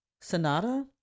Sonata